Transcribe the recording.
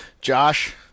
Josh